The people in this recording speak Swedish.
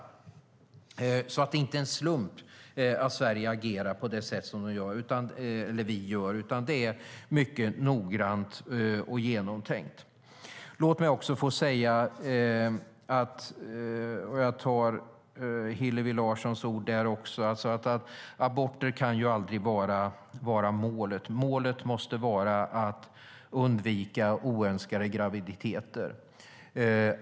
Det är alltså inte en slump att Sverige agerar på det sätt som vi gör, utan det är mycket noggrant genomtänkt. Låt mig också säga - och jag tar Hillevi Larssons ord här också - att aborter aldrig kan vara målet. Målet måste vara att undvika oönskade graviditeter.